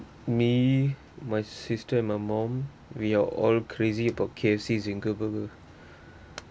me my sister and my mom we're all crazy about K_F_C zinger burger